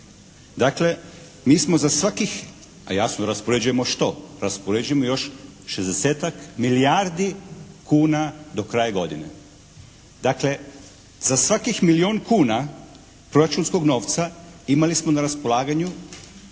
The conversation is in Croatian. Dakle, mi smo za svakih, a jasno raspoređujemo što, raspoređujemo još šezdesetak milijardi kuna do kraja godine. Dakle za svakih milijun kuna proračunskog novca imali smo na raspolaganju